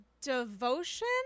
devotion